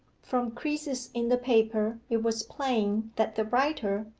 from creases in the paper it was plain that the writer,